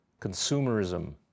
consumerism